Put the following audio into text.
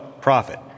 profit